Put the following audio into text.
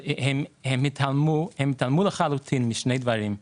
הם התעלמו לחלוטין משני דברים.